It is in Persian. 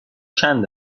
چند